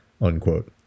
unquote